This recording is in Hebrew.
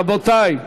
רבותי,